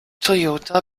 toyota